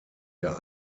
der